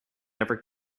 ever